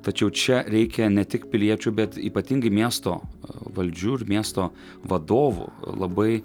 tačiau čia reikia ne tik piliečių bet ypatingai miesto valdžių ir miesto vadovų labai